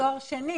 היא עם תואר שני.